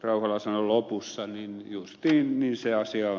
rauhala sanoi lopussa niin juuri se asia on